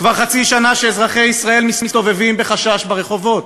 כבר חצי שנה שאזרחי ישראל מסתובבים בחשש ברחובות,